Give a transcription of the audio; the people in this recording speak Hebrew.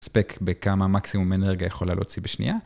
Spec בכמה מקסימום אנרגיה יכולה להוציא בשנייה.